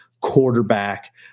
quarterback